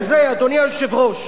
טירוף כזה, אדוני היושב-ראש.